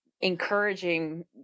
encouraging